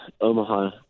omaha